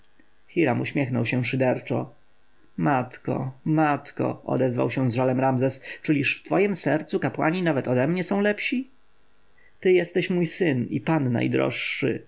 hiram uśmiechnął się szyderczo matko matko odezwał się z żalem ramzes czyliż w twojem sercu kapłani nawet ode mnie są lepsi ty jesteś mój syn i pan najdroższy